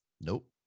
Nope